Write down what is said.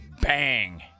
Bang